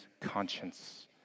conscience